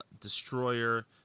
Destroyer